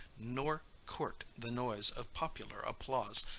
nor court the noise of popular applause,